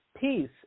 peace